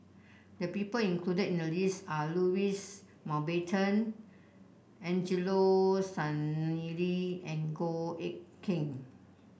the people included in the list are Louis Mountbatten Angelo Sanelli and Goh Eck Kheng